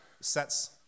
sets